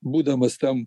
būdamas tam